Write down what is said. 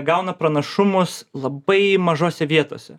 gauna pranašumus labai mažose vietose